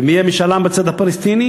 ואם יהיה משאל עם בצד הפלסטיני,